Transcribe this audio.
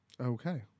okay